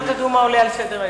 לא תדעו מה עולה על סדר-היום.